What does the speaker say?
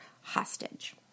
hostage